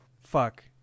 Fuck